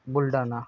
Buldhana